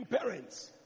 parents